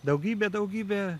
daugybę daugybę